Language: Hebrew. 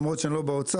למרות שאני לא באוצר.